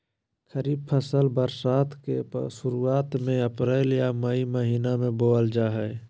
खरीफ फसल बरसात के शुरुआत में अप्रैल आ मई महीना में बोअल जा हइ